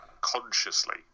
consciously